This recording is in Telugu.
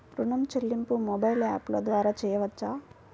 ఋణం చెల్లింపు మొబైల్ యాప్ల ద్వార చేయవచ్చా?